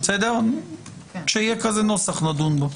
כשיהיה נוסח, נדון בו.